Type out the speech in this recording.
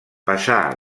passà